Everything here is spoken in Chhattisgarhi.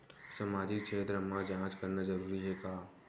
सामाजिक क्षेत्र म जांच करना जरूरी हे का?